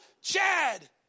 chad